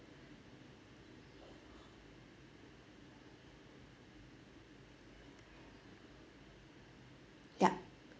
yup